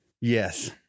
yes